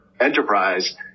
enterprise